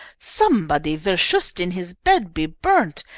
somebody vill shust in his bed be burnt,